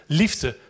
liefde